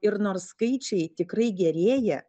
ir nors skaičiai tikrai gerėja